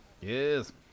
Yes